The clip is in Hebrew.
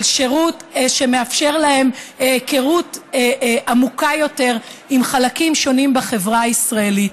של שירות שמאפשר להם היכרות עמוקה יותר עם חלקים שונים בחברה הישראלית.